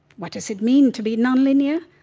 what does it mean to be nonlinear?